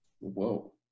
Whoa